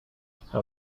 how